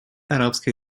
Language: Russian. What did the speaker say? арабской